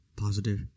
positive